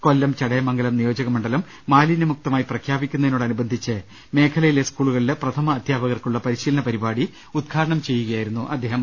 കൊല്ലം ചടയമംഗലം നിയോജകമണ്ഡലം മാലിന്യമുക്തമായി പ്രഖ്യാപിക്കുന്ന തിനോടനുബന്ധിച്ച് മേഖലയിലെ സ്കൂളുകളിലെ പ്രഥമാധ്യാപക ർക്കുള്ള പരിശീലന പരിപാടി ഉദ്ഘാടനം ചെയ്യുകയായിരുന്നു അദ്ദേഹം